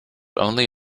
only